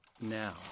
now